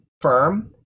firm